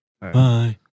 Bye